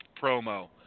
promo